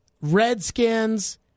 Redskins